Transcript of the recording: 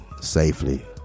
safely